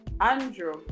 Andrew